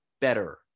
better